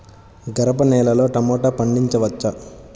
గరపనేలలో టమాటా పండించవచ్చా?